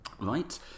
right